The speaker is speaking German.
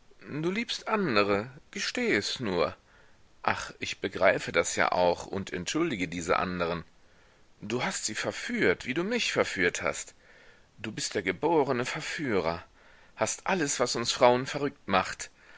du liebst andre gesteh es nur ach ich begreife das ja auch und entschuldige diese anderen du hast sie verführt wie du mich verführt hast du bist der geborene verführer hast alles was uns frauen verrückt macht